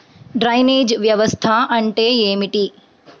Drainage వ్యవస్థ అంటే ఏమిటి?